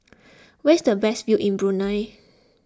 where is the best view in Brunei